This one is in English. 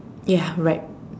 ya right